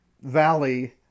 valley